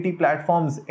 platforms